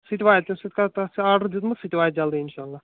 سُتہِ واتہِ سُتہِ کَر تتھ چھُ آڑر دیتمُت سُہ تہِ واتہِ جلدی انشاء اللہ